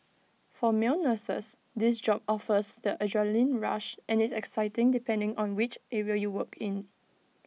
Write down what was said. for male nurses this job offers that adrenalin rush and is exciting depending on which area you work in